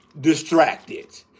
distracted